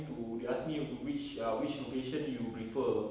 to they asked me which uh which location you prefer